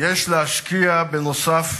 יש להשקיע, בנוסף,